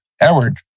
Edward